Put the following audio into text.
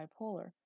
bipolar